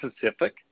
Pacific